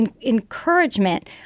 encouragement